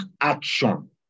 action